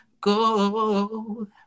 go